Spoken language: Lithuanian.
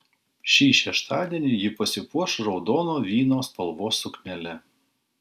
šį šeštadienį ji pasipuoš raudono vyno spalvos suknele